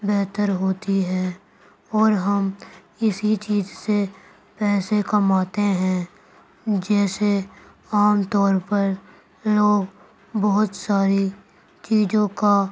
بہتر ہوتی ہے اور ہم اسی چیز سے پیسے کماتے ہیں جیسے عام طور پر لوگ بہت ساری چیزوں کا